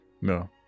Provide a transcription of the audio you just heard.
no